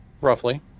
Roughly